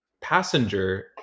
passenger